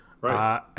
Right